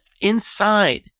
inside